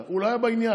הוא לא היה בעניין.